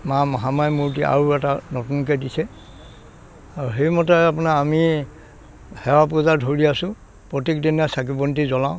মা মহামায়া মূৰ্তি আৰু এটা নতুনকৈ দিছে আৰু সেইমতে আপোনাৰ আমি সেৱা পূজা ধৰি আছোঁ প্ৰত্যেক দিনে চাকি বন্তি জ্বলাওঁ